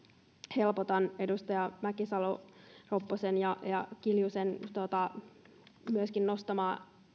helpotan edustaja mäkisalo ropposen ja ja myöskin kiljusen esille nostamaa